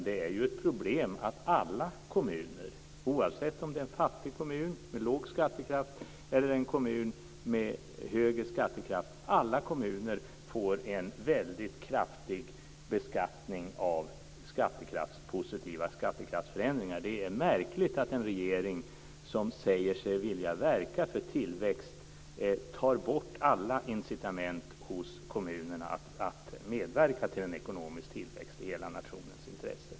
Det är ett problem att alla kommuner, oavsett om det är en fattig kommun med låg skattekraft eller en kommun med högre skattekraft, får en väldigt kraftig beskattning av skattekraftspositiva skattekraftsförändringar. Det är märkligt att en regering som säger sig vilja verka för tillväxt tar bort alla incitament hos kommunerna till att medverka till en ekonomisk tillväxt i hela nationens intresse.